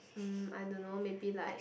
I don't know maybe like